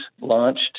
launched